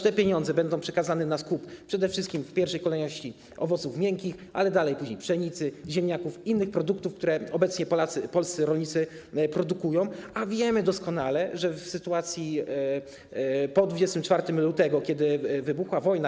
Te pieniądze będą przekazane na skup przede wszystkim w pierwszej kolejności owoców miękkich, a później pszenicy, ziemniaków i innych produktów, które obecnie polscy rolnicy produkują, bo wiemy doskonale, że w sytuacji po 24 lutego, kiedy wybuchła wojna.